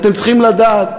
אתם צריכים לדעת,